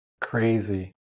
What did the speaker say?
Crazy